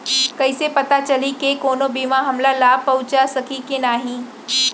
कइसे पता चलही के कोनो बीमा हमला लाभ पहूँचा सकही के नही